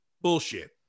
bullshit